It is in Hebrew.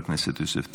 חבר הכנסת יוסף טייב.